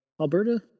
Alberta